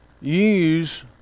use